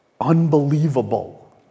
unbelievable